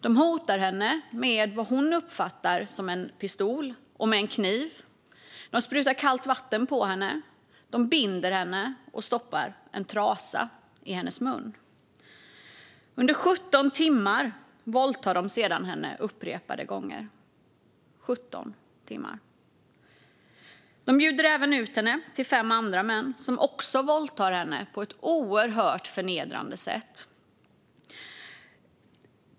De hotar henne med vad hon uppfattar som en pistol och med en kniv. De sprutar kallt vatten på henne. De binder henne och stoppar en trasa i hennes mun. Under 17 timmar våldtar de sedan henne upprepade gånger. De bjuder även ut henne till fem andra män, som också våldtar henne på ett oerhört förnedrande sätt.